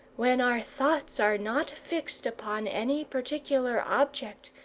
when our thoughts are not fixed upon any particular object,